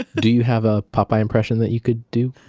do you have a popeye impression that you could do?